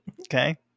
Okay